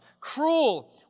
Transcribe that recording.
cruel